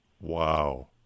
Wow